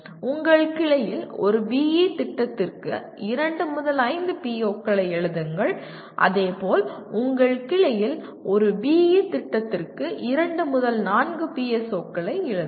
உங்கள் கிளையில் ஒரு BE திட்டத்திற்கு இரண்டு முதல் ஐந்து PEO களை எழுதுங்கள் அதேபோல் உங்கள் கிளையில் ஒரு BE திட்டத்திற்கு இரண்டு முதல் நான்கு PSO களை எழுதுங்கள்